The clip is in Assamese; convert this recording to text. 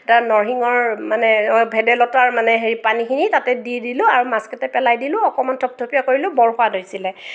তাত নৰসিংহৰ মানে অঁ ভেদাইলতাৰ মানে হেৰি পানীখিনি তাতে দি দিলোঁ আৰু মাছকেইটা পেলাই দিলোঁ অকণমান থপথপিয়া কৰিলোঁ বৰ সোৱাদ হৈছিলে